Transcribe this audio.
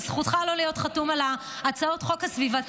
זה זכותך לא להיות חתום על הצעות החוק הסביבתיות